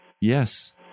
Yes